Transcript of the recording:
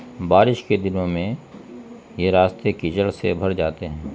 بارش کے دنوں میں یہ راستے کیچڑ سے بھر جاتے ہیں